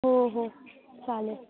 हो हो चालेल